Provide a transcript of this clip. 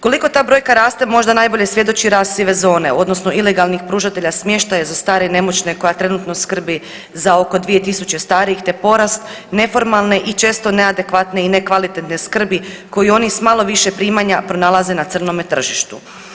Kolika ta brojka raste možda najbolje svjedoči rast sive zone odnosno ilegalnih pružatelja smještaja za stare i nemoćne koja trenutno skrbi za oko 2.000 starijih te porast neformalne i često neadekvatne i nekvalitetne skrbi koju oni s malo više primanja pronalaze na crnome tržištu.